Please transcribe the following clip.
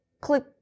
click